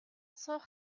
суух